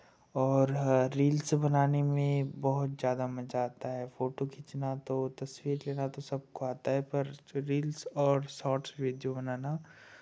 और हाँ रील्स बनाने में बहुत ज़्यादा मज़ा आता है फोटो खींचना तो तस्वीर लेना तो सबको आता है पर जो रील्स और शॉर्ट्स वीडियो बनाना